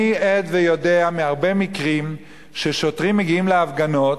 אני עד ויודע מהרבה מקרים ששוטרים מגיעים להפגנות,